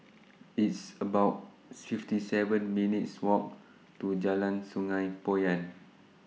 It's about fifty seven minutes' Walk to Jalan Sungei Poyan